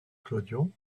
clodion